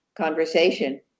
conversation